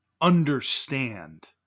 understand